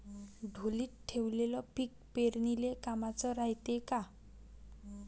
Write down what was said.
ढोलीत ठेवलेलं पीक पेरनीले कामाचं रायते का?